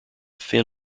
thin